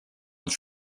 uns